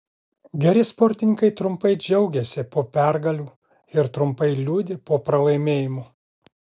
geri sportininkai trumpai džiaugiasi po pergalių ir trumpai liūdi po pralaimėjimų